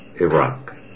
Iraq